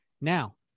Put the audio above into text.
Now